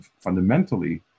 fundamentally